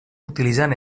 utilitzant